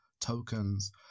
tokens